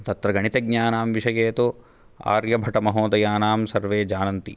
तत्र गणितज्ञानां विषये तु आर्यभटमहोदयानां सर्वे जानन्ति